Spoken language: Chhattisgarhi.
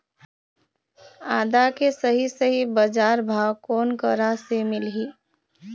आदा के सही सही बजार भाव कोन करा से मिलही?